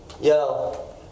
Yo